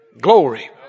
Glory